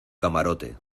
camarote